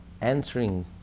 answering